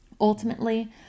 Ultimately